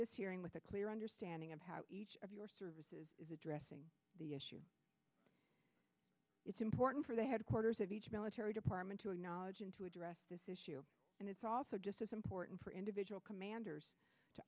this hearing with a clear understanding of how each of your services is addressing the issue it's important for the headquarters of each military department to acknowledge and to address this issue and it's also just as important for individual commanders to